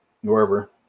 wherever